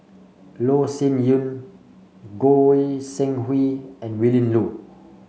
Loh Sin Yun Goi Seng Hui and Willin Low